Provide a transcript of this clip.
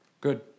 good